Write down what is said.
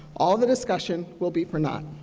all of the discussion will be for naught.